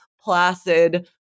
placid